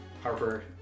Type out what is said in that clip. Harper